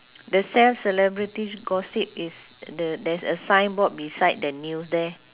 the sell celebrity gossip is the there's a signboard beside the news there